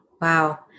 Wow